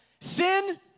sin